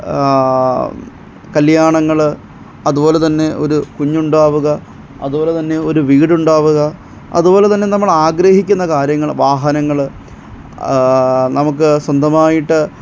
കല്യാണങ്ങൾ അതുപോലെ തന്നെ ഒരു കുഞ്ഞുണ്ടാവുക അതുപോലെ തന്നെ ഒരു വീടുണ്ടാവുക അതുപോലെ തന്നെ നമ്മൾ ആഗ്രഹിക്കുന്ന കാര്യങ്ങൾ വാഹനങ്ങൾ നമുക്ക് സ്വന്തമായിട്ട്